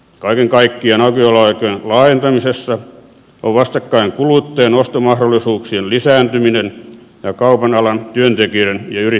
kaiken kaikkiaan aukioloaikojen laajentamisessa ovat vastakkain kuluttajan ostomahdollisuuksien lisääntyminen ja kaupan alan työntekijöiden ja yrittäjien jaksaminen